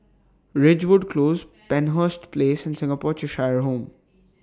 Ridgewood Close Penshurst Place and Singapore Cheshire Home